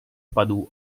padł